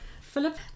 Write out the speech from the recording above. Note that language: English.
Philip